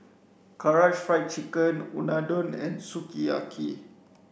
Karaage Fried Chicken Unadon and Sukiyaki